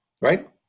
right